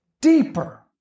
deeper